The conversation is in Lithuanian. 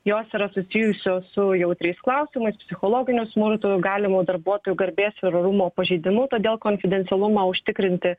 jos yra susijusios su jautriais klausimais psichologiniu smurtu galimu darbuotojų garbės ir orumo pažeidimu todėl konfidencialumą užtikrinti